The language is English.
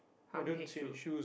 how many shoes